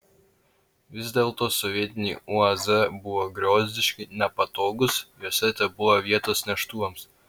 vis dėlto sovietiniai uaz buvo griozdiški nepatogūs juose tebuvo vietos neštuvams